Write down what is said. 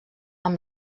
amb